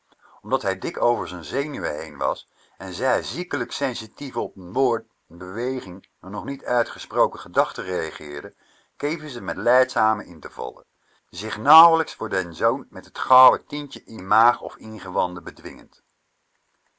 omdat hij dik over z'n zenuwen heen was en zij ziekelijk sensitief op n woord n beweging n nog niet uitgesproken gedachte reageerde keven ze met lijdzame intervallen zich nauwelijks voor den zoon met t gouden tientje in maag of ingewanden bedwingend